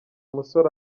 musore